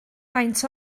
faint